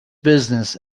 business